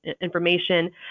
information